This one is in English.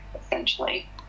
essentially